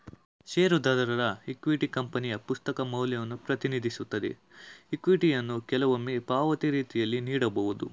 ಷೇರುದಾರರ ಇಕ್ವಿಟಿ ಕಂಪನಿಯ ಪುಸ್ತಕ ಮೌಲ್ಯವನ್ನ ಪ್ರತಿನಿಧಿಸುತ್ತೆ ಇಕ್ವಿಟಿಯನ್ನ ಕೆಲವೊಮ್ಮೆ ಪಾವತಿ ರೀತಿಯಂತೆ ನೀಡಬಹುದು